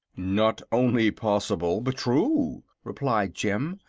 not only possible, but true, replied jim,